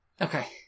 Okay